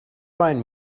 find